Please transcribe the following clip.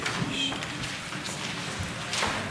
האמת,